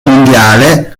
mondiale